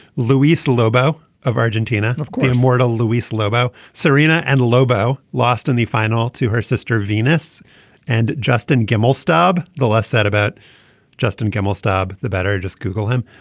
louise lobo of argentina of the immortal louise lobo serena and lobo lost in the final to her sister venus and justin gemmell stubb the less said about justin gemmell stubb the better. just google him.